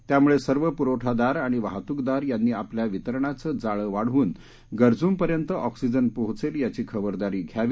त्यामुळे सर्व पुरवठादार आणि वाहतुकदार यांनी आपलं वितरणाचं जाळं वाढवून गरजूंपर्यंत ऑक्सीजन पोहोचेल याची खबरदारी घ्यावी